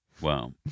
Wow